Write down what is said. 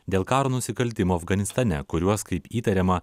dėl karo nusikaltimų afganistane kuriuos kaip įtariama